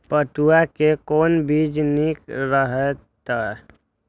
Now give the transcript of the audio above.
पटुआ के कोन बीज निक रहैत?